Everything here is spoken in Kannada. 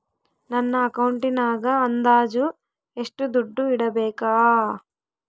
ನನ್ನ ಅಕೌಂಟಿನಾಗ ಅಂದಾಜು ಎಷ್ಟು ದುಡ್ಡು ಇಡಬೇಕಾ?